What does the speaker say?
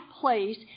place